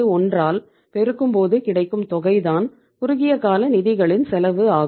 081 ஆல் பெருக்கும்போது கிடைக்கும் தொகை தான் குறுகிய கால நிதிகளின் செலவு ஆகும்